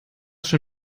schon